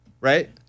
right